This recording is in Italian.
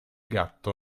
gatto